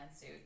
suit